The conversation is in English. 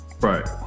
Right